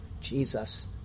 Jesus